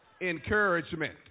encouragement